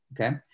okay